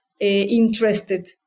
interested